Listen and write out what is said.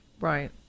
Right